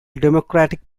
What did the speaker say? democratic